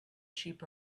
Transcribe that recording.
sheep